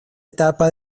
etapa